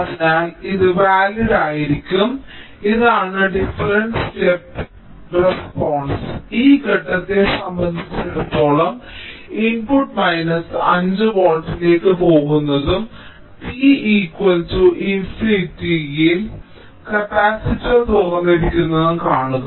അതിനാൽ ഇത് വാലിഡ് ആയിരിക്കും ഇതാണ് ഡിഫറെൻസ് സ്റ്റെപ് റെസ്പോണ്സ്സ് ഈ ഘട്ടത്തെ സംബന്ധിച്ചിടത്തോളം ഇൻപുട്ട് മൈനസ് 5 വോൾട്ടിലേക്ക് പോകുന്നതും t ഇൻഫിനിറ്റിയിൽ കപ്പാസിറ്റർ തുറന്നിരിക്കുന്നതും കാണുക